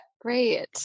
Great